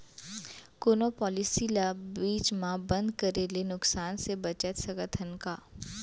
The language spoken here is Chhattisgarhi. कोनो पॉलिसी ला बीच मा बंद करे ले नुकसान से बचत सकत हन का?